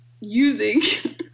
using